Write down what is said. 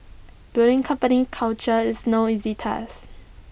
building company culture is no easy task